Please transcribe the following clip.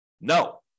No